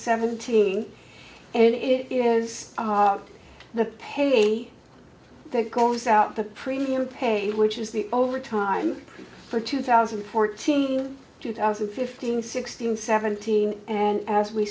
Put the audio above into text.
seventeen and it is the pay that goes out the premium paid which is the over time for two thousand and fourteen two thousand and fifteen sixteen seventeen and as we